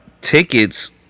tickets